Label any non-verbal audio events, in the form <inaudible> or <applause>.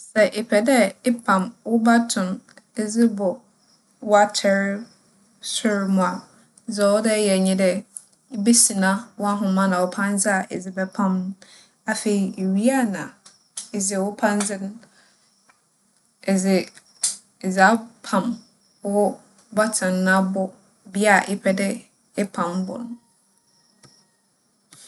Sɛ epɛ dɛ epam wo batom edze bͻ w'atarsor mu a, dza ͻwͻ dɛ eyɛ nye dɛ ibesina w'ahoma na wo pandze a edze bɛpam. Afei iwie a na edze <noise> wo <noise> pandze no edze <noise> - edze apam wo batom no abͻ bea a epɛ dɛ epam bͻ no.